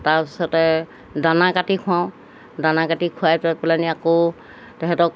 তাৰপিছতে দানা কাটি খুৱাওঁ দানা কাটি খুৱাই থৈ পেলাহেনি আকৌ তেহেঁতক